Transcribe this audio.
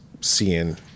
seeing